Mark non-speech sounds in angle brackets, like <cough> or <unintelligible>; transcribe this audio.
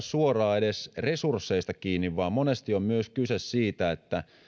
<unintelligible> suoraan edes resursseista kiinni vaan monesti on kyse myös siitä että